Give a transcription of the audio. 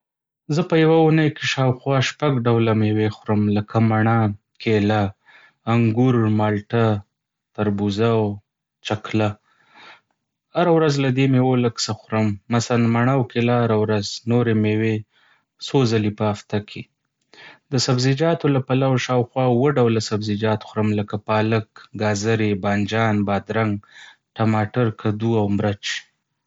زه په یوه اونۍ کې شاوخوا شپږ ډوله مېوې خورم، لکه مڼه، کیله، انګور، مالټه، تربوزه او چکله. هره ورځ له دې مېوو لږ څه خورم، مثلا مڼه او کیله هره ورځ، نورې مېوې څو ځلې په هفته کې. د سبزیجاتو له پلوه، شاوخوا اووه ډوله سبزيجات خوړم، لکه پالک، ګازرې، بانجان، بادرنګ، ټماټر، کدو او مرچ.